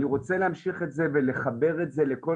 אני רוצה להמשיך את זה ולחבר את זה לכל